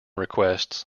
requests